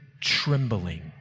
trembling